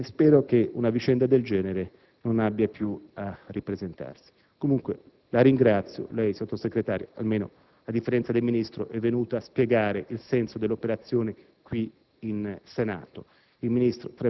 che vorrei un giorno scrivere. Spero davvero che una vicenda del genere non abbia più a ripresentarsi. In ogni caso la ringrazio, onorevole Sottosegretario: almeno lei, a differenza del Ministro, è venuta a spiegare il senso dell'operazione qui